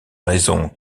raisons